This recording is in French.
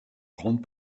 grande